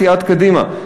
סיעת קדימה,